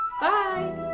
bye